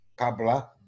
Kabla